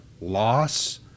loss